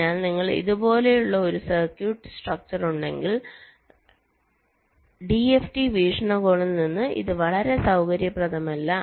അതിനാൽ നിങ്ങൾക്ക് ഇതുപോലുള്ള ഒരു സർക്യൂട്ട് സ്ട്രക്ചറുണ്ടെങ്കിൽ ഡിഎഫ്ടി വീക്ഷണകോണിൽ നിന്ന് ഇത് വളരെ സൌകര്യപ്രദമല്ല